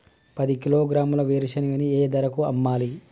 పది కిలోగ్రాముల వేరుశనగని ఏ ధరకు అమ్మాలి?